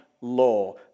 law